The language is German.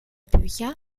bücher